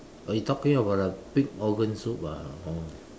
oh you talking about the pig organ soup ah oh